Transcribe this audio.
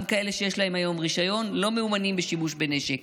גם כאלה שיש להם היום רישיון לא מיומנים בשימוש בנשק,